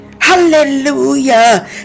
Hallelujah